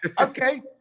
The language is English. Okay